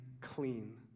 clean